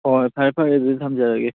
ꯍꯣꯏ ꯐꯔꯦ ꯐꯔꯦ ꯑꯗꯨꯗꯤ ꯊꯝꯖꯔꯒꯦ